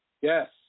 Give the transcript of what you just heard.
Yes